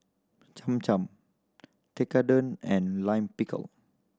Cham Cham Tekkadon and Lime Pickle